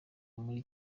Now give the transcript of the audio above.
muri